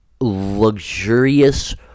luxurious